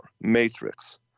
Matrix